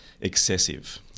excessive